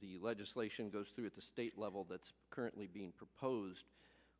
the legislation goes through at the state level that's currently being proposed